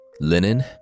Linen